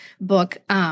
book